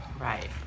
Right